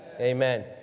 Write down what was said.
Amen